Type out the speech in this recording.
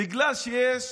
בגלל שיש